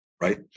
right